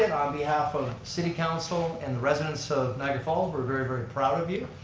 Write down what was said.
and on behalf of city council and the residents of niagara falls, we're very, very proud of you.